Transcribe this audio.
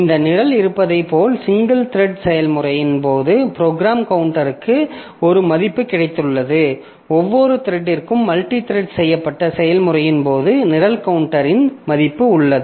இந்த நிரல் இருப்பதைப் போல சிங்கிள்த்ரெட்டட் செயல்முறையின் போது ப்ரோக்ராம் கவுண்டருக்கு ஒரு மதிப்பு கிடைத்துள்ளது ஒவ்வொரு த்ரெட்டிற்கும் மல்டித்ரெட் செய்யப்பட்ட செயல்முறையின் போது நிரல் கவுண்டரின் மதிப்பு உள்ளது